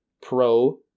pro